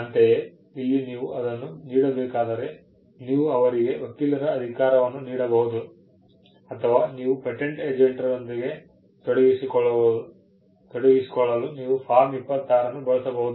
ಅಂತೆಯೇ ಇಲ್ಲಿ ನೀವು ಅದನ್ನು ನೀಡಬೇಕಾದರೆ ನೀವು ಅವರಿಗೆ ವಕೀಲರ ಅಧಿಕಾರವನ್ನು ನೀಡಬಹುದು ಅಥವಾ ನೀವು ಪೇಟೆಂಟ್ ಏಜೆಂಟರೊಂದಿಗೆ ತೊಡಗಿಸಿಕೊಳ್ಳಲು ನೀವು ಫಾರ್ಮ್ 26 ಅನ್ನು ಬಳಸಬಹುದು